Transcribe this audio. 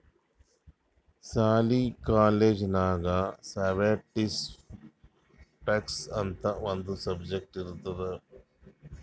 ಸಾಲಿ, ಕಾಲೇಜ್ ನಾಗ್ ಎಲ್ಲಾ ಸ್ಟ್ಯಾಟಿಸ್ಟಿಕ್ಸ್ ಅಂತ್ ಒಂದ್ ಸಬ್ಜೆಕ್ಟ್ ಇರ್ತುದ್